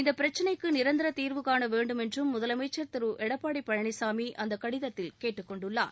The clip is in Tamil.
இந்த பிரச்சளைக்கு நிரந்தர தீர்வுகாண வேண்டும் என்றும் முதலமைச்சர் திரு எடப்பாடி பழனிசாமி அந்தக் கடிதத்தில் கேட்டுக் கொண்டுள்ளார்